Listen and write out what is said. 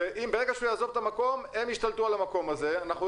וברור שברגע שהוא יעזוב את המקום הם ישתלטו על המקום הזה.